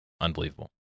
unbelievable